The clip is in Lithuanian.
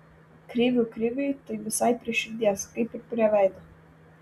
krivių kriviui tai visai prie širdies kaip ir prie veido